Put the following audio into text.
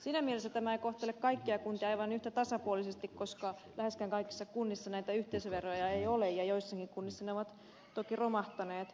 siinä mielessä tämä ei kohtele kaikkia kuntia aivan yhtä tasapuolisesti koska läheskään kaikissa kunnissa näitä yhteisöveroja ei ole ja joissakin kunnissa ne ovat toki romahtaneet